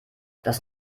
das